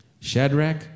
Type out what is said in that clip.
Shadrach